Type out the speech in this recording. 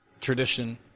tradition